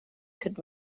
could